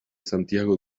santiago